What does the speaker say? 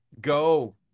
go